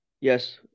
Yes